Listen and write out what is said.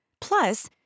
Plus